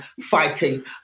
fighting